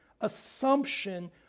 assumption